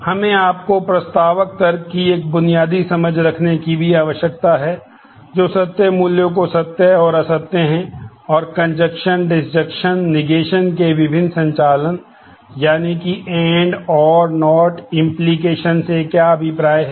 हमें आपको प्रस्तावक तर्क की एक बुनियादी समझ रखने की भी आवश्यकता है जो सत्य मूल्यों को सत्य और असत्य है और कंजक्शन से क्या अभिप्राय है